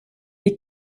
est